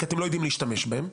כי אתם לא יודעים להשתמש בהם,